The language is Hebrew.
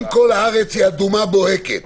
אם כל הארץ אדומה בוהקת,